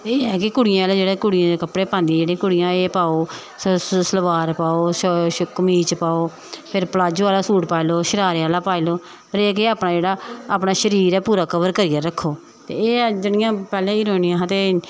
एह् ऐ कि कुड़ियें आह्ले जेह्ड़े कुड़ियें दे कपड़े पांदियां जेह्ड़े कुड़ियां एह् पाओ सलवार पाओ कमीच पाओ फिर प्लाजो आह्ला सूट पाई लैओ शरारे आह्ला पाई लैओ पर एह् कि अपना जेह्ड़ा अपना शरीर ऐ पूरा कवर करियै रक्खो ते एह् जेह्ड़ियां पैह्लें हीरोइनां हियां ते